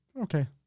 Okay